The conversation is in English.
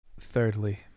Thirdly